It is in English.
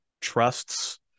trusts